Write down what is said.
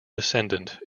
descendant